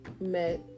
met